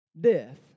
Death